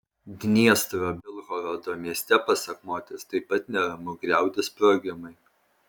dniestro bilhorodo mieste pasak moters taip pat neramu griaudi sprogimai